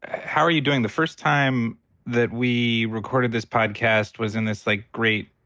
how are you doing? the first time that we recorded this podcast was in this, like, great,